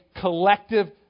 collective